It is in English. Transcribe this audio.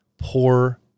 Poor